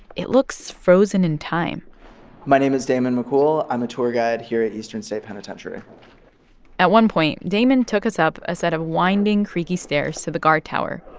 it looks frozen in time my name is damon mccool. i'm a tour guide here at eastern state penitentiary at one point, damon took us up a set of winding, creaky stairs to the guard tower.